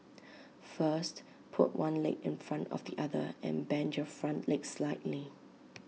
first put one leg in front of the other and bend your front leg slightly